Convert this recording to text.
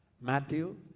Matthew